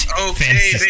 Okay